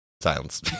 silence